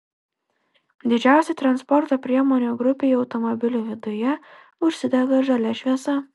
didžiausiai transporto priemonių grupei automobilių viduje užsidega žalia šviesa